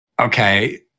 Okay